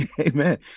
Amen